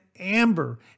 Amber